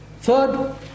Third